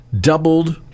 doubled